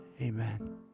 amen